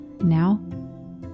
Now